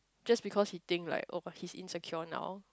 just because he think like oh but he's insecure now